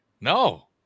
No